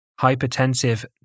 hypertensive